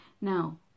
Now